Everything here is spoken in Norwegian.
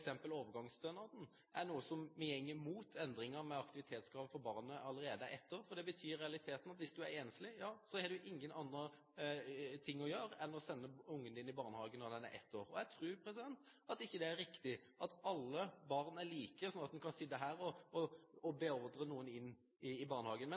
imot endringer om aktivitetskrav allerede når barnet er ett år, for det betyr i realiteten at hvis du er enslig, har du ikke noe annet å gjøre enn å sende ungen din i barnehagen når den er ett år. Jeg tror ikke det er riktig at alle barn er like, slik at en kan sitte her og beordre noen inn i barnehagen. Men